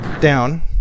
down